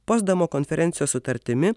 potsdamo konferencijos sutartimi